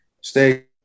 stay